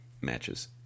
matches